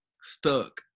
stuck